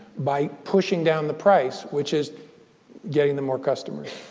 by pushing down the price, which is getting them more customers.